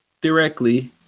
directly